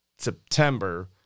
september